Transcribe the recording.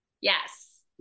Yes